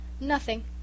Nothing